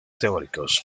teóricos